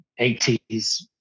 80s